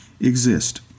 exist